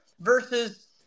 versus